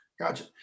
gotcha